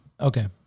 okay